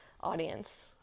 audience